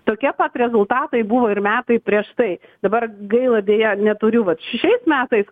tokie pat rezultatai buvo ir metai prieš tai dabar gaila deja neturiu vat šiais metais